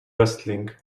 masked